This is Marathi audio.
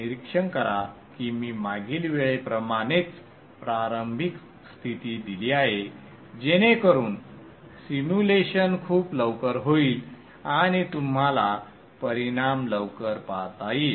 निरीक्षण करा की मी मागील वेळेप्रमाणेच प्रारंभिक स्थिती दिली आहे जेणेकरुन सिम्युलेशन खूप लवकर होईल आणि तुम्हाला परिणाम लवकर पाहता येईल